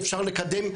אפשר לקדם,